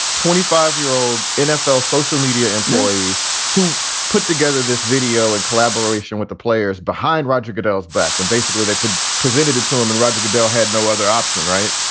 twenty five year old nfl social media employee who put together this video in collaboration with the players behind roger goodell's back. and basically they presented it to him and roger goodell had no other option. right.